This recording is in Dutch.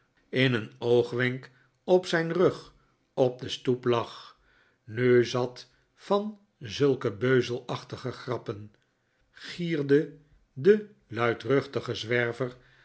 in een oogwenk op zijn rug op de stoep lag nu zat van zulke beuzelachtige grappen gierde de luidrttchtige zwerver